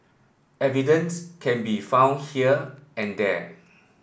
evidence can be found here and there